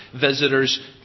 visitors